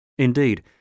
Indeed